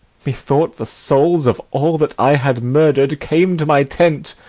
methought the souls of all that i had murder'd came to my tent